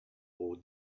over